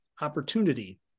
opportunity